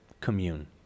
commune